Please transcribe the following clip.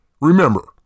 Remember